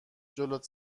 جلوت